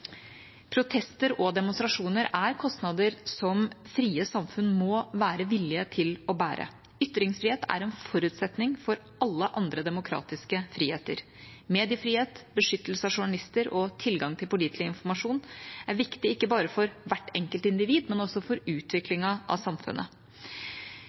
Protester og demonstrasjoner er kostnader som frie samfunn må være villige til å bære. Ytringsfrihet er en forutsetning for alle andre demokratiske friheter. Mediefrihet, beskyttelse av journalister og tilgang til pålitelig informasjon er viktig, ikke bare for hvert enkelt individ, men også for